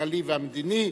הכלכלי והמדיני.